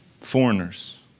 Foreigners